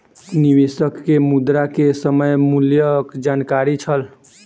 निवेशक के मुद्रा के समय मूल्यक जानकारी छल